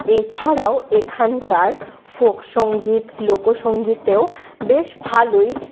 এছাড়াও এখানকার ফোক সংগীত লোকসঙ্গীতেও বেশ ভালোই